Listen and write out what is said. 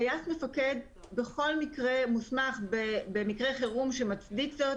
טיס מפקד בכל מקרה מוסמך במקרה חירום שמצדיק זאת,